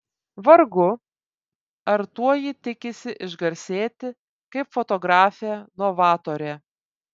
vargu ar tuo ji tikisi išgarsėti kaip fotografė novatorė